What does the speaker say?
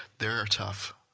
they're tough.